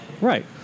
Right